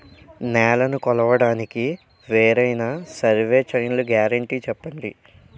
నేలనీ కొలవడానికి వేరైన సర్వే చైన్లు గ్యారంటీ చెప్పండి?